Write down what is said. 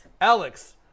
alex